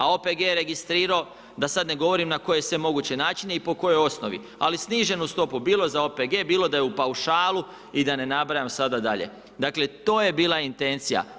A OPG je registrirao da sad ne govorim na koje sve moguće načine i po kojoj osnovi ali sniženu stopu bilo za OPG, bilo da je u paušalu i da ne nabrajam sada dalje, Dakle to je bila intencija.